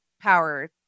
power